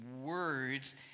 words